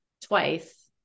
twice